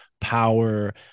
power